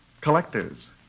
Collectors